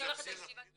אני הולכת לישיבת הסיעה.